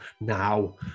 now